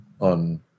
on